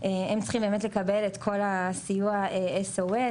הם צריכים באמת לקבל את כל הסיוע S.O.S